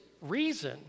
reason